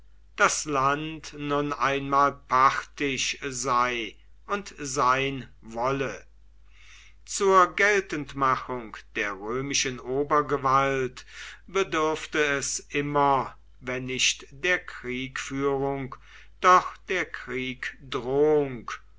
das land nun einmal parthisch sei und sein wolle zur geltendmachung der römischen obergewalt bedurfte es immer wenn nicht der kriegführung doch der kriegdrohung